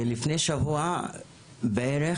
לפני שבוע בערך,